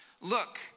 Look